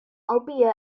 albeit